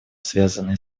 связанные